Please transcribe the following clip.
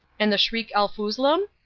and the shriek-el-foozlum?